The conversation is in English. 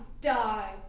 die